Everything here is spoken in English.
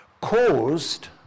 Caused